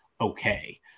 okay